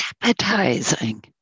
appetizing